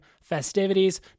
festivities